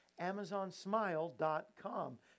Amazonsmile.com